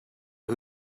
who